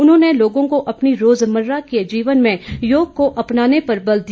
उन्होंने लोगों को अपनी रोजमर्रा के जीवन में योग को अपनाने पर बल दिया